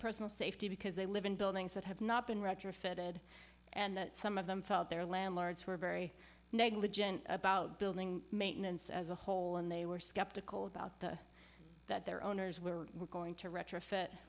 personal safety because they live in buildings that have not been retrofitted and that some of them felt their landlords were very negligent about building maintenance as a whole and they were skeptical about the that their owners were going to retrofit